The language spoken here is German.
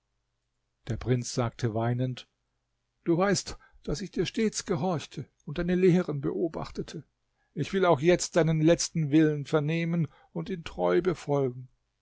der prinz sagte weinend du weißt daß ich dir stets gehorchte und deine lehren beobachtete ich will auch jetzt deinen letzten willen vernehmen und ihn treu befolgen